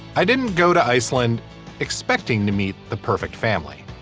i didn't go to iceland expecting to meet the perfect family.